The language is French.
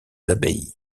abbayes